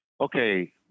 okay